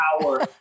power